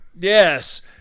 Yes